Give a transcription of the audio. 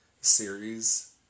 series